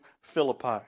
Philippi